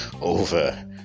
over